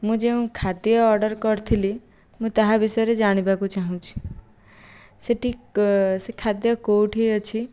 ମୁଁ ଯେଉଁ ଖାଦ୍ୟ ଅର୍ଡ଼ର କରିଥିଲି ମୁଁ ତାହା ବିଷୟରେ ଜାଣିବାକୁ ଚାହୁଁଛି ସେ'ଠି ସେ ଖାଦ୍ୟ କେଉଁଠି ଅଛି